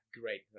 great